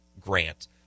Grant